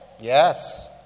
Yes